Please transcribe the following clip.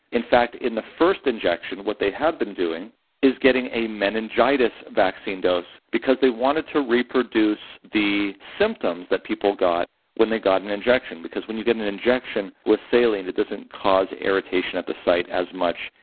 in fact, in the first injection, what they have been doing is getting a meningitis vaccine dose, because they wanted to reproduce the symptoms that people got when they got an injection. because when you get an injection with saline, it doesn't cause irritation at the site as much,